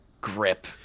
grip